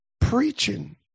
preaching